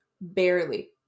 barely